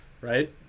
right